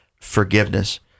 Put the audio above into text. forgiveness